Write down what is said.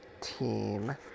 Team